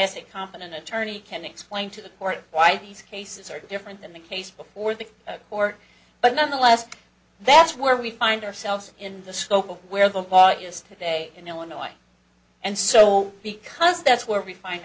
competent attorney can explain to the court why these cases are different than the case before the or but nonetheless that's where we find ourselves in the scope of where the law is today in illinois and so because that's where we find